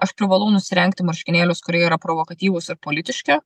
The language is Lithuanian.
aš privalau nusirengti marškinėlius kurie yra provokatyvūs ir politiški